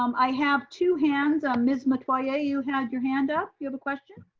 um i have two hands, ms. metoyer, yeah you had your hand up? you have a question?